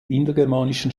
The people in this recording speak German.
indogermanischen